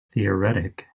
theoretic